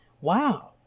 wow